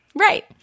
Right